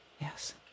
Yes